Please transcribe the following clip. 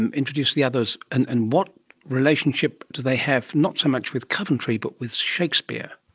and introduce the others, and and what relationships do they have not so much with coventry but with shakespeare?